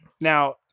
Now